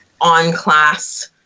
on-class